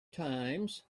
times